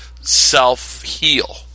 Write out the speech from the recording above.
self-heal